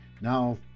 now